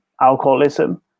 alcoholism